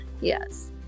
Yes